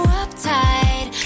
uptight